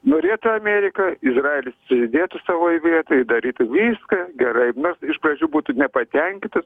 norėtų amerika izraelis sėdėtų savoj vietoj i darytų viską gerai nors iš pradžių būtų nepatenkytas